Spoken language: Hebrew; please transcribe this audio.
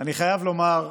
אני חייב לומר,